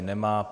Nemá.